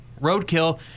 Roadkill